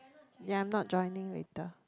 ya I'm not joining later